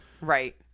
Right